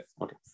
okay